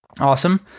Awesome